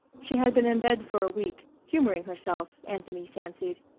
she had been in bed for a week, humoring herself, anthony fancied,